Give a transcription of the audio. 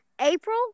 April